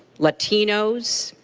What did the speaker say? latinos,